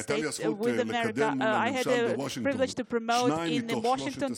הייתה לי הזכות לקדם מול הממשל בוושינגטון